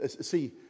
See